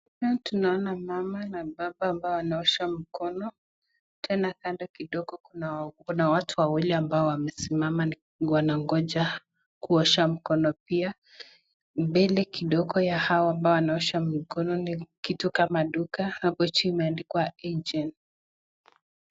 Tunaona mama na baba ambao wanaosha mkono. Tena kando kidogo kuna watu wawili ambao wamesimama ni kama wanagonja kuosha mkono pia. Mbele kidogo ya hao ambao wanaosha mkono ni kitu kama duka hapo chini imeandikwa agent .